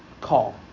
call